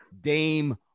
Dame